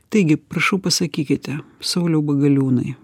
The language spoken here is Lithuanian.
taigi prašau pasakykite sauliau bagaliūnai